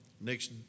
next